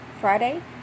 Friday